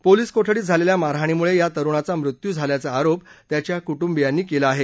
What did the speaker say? police कोठडीत झालेल्या मारहाणीमुळे या तरुणाचा मृत्यू झाल्याचा आरोप त्याच्या कुटुंबियांनी केला आहे